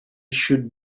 should